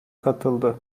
katıldı